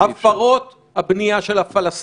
הפרות הבנייה של הפלסטינים,